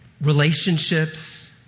relationships